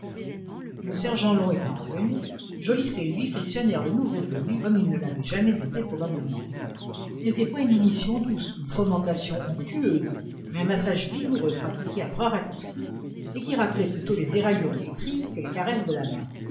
le sergent long étant revenu joliffe et lui frictionnèrent le nouveau venu comme il ne l'avait jamais été probablement ce n'était point une linition douce une fomentation onctueuse mais un massage vigoureux pratiqué à bras raccourcis et qui rappelait plutôt les éraillures de l'étrille que les caresses de la main